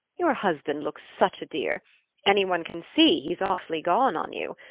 your husband looks such a dear any one can see he's awfully gone on you.